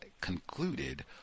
concluded